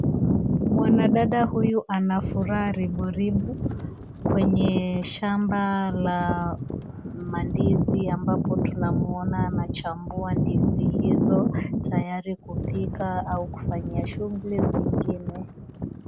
Mwanadada huyu ana furaha riboribo, kwenye shamba la mandizi ambapo tunamwona anachambua ndizi hizo, tayari kupika au kufanya shughuli zingine.